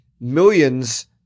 millions